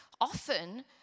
often